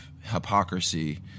hypocrisy